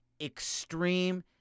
extreme